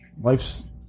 life's